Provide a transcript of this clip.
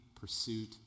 pursuit